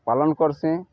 ପାଳନ୍ କର୍ସି